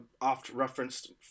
oft-referenced